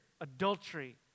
adultery